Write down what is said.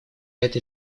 этой